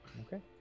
Okay